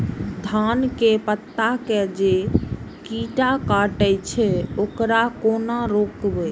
धान के पत्ता के जे कीट कटे छे वकरा केना रोकबे?